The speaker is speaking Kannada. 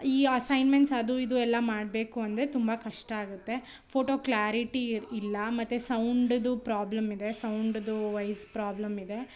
ಈ ಅಸೈನ್ಮೆಂಟ್ಸ್ ಅದು ಇದು ಎಲ್ಲ ಮಾಡಬೇಕು ಅಂದರೆ ತುಂಬ ಕಷ್ಟ ಆಗುತ್ತೆ ಫೋಟೋ ಕ್ಲಾರಿಟಿ ಇಲ್ಲ ಇಲ್ಲ ಮತ್ತು ಸೌಂಡ್ದು ಪ್ರಾಬ್ಲಮಿದೆ ಸೌಂಡ್ದು ವೈಸ್ ಪ್ರಾಬ್ಲಮಿದೆ